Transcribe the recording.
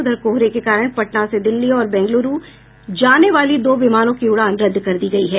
उधर कोहरे के कारण पटना से दिल्ली और बेंगलुरू जाने वाली दो विमानों की उड़ान रद्द कर दी गयी है